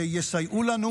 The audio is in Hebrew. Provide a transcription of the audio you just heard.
שיסייעו לנו,